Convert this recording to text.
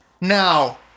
Now